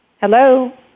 Hello